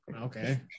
okay